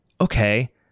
okay